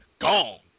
Gone